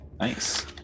Nice